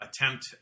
attempt